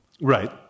Right